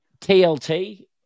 TLT